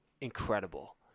incredible